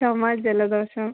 ചുമ ജലദോഷം